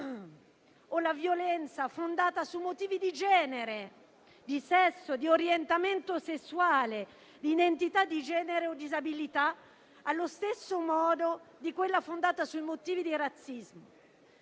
o la violenza fondata su motivi di genere, di sesso, di orientamento sessuale, di identità di genere o disabilità allo stesso modo di quella fondata sui motivi di razzismo,